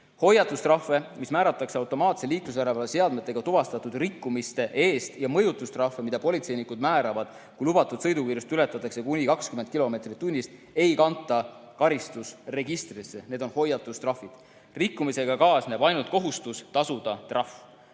Hoiatustrahve, mis määratakse automaatsete liiklusjärelevalveseadmetega tuvastatud rikkumiste eest, ja mõjutustrahve, mida politseinikud määravad, kui lubatud sõidukiirust ületatakse kuni 20 kilomeetrit tunnis, ei kanta karistusregistrisse. Need on hoiatustrahvid. Rikkumisega kaasneb ainult kohustus tasuda trahv.